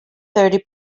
thirty